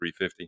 350